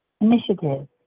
initiative